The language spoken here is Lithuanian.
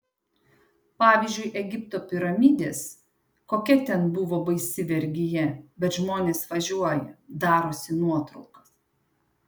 pavyzdžiui egipto piramidės kokia ten buvo baisi vergija bet žmonės važiuoja darosi nuotraukas